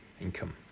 income